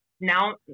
now